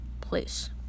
place